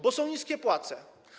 Bo są niskie płace.